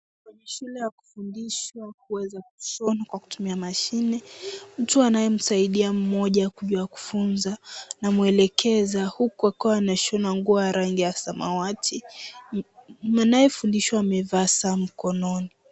Kwenye shule ya kufundishwa au kuweza kushona kwa kutumia mashine. Mtu anayemsaidia mmoja kujua kufunza anamwelekeza huku akiwa anashona nguo ya rangi ya samawati. Anayefundishwa amevaa saa mkononi.